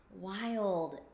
wild